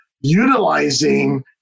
utilizing